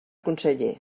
conseller